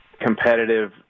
competitive